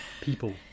People